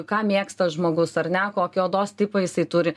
ką mėgsta žmogus ar ne kokį odos tipą jisai turi